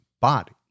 body